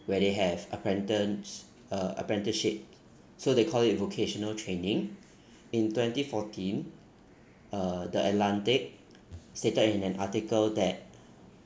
where they have apprentance~ uh apprenticeship so they call it vocational training in twenty fourteen uh the atlantic stated in an article that